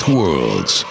worlds